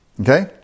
Okay